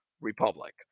republic